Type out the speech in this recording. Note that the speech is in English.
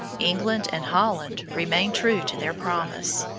england and holland remained true to their promise.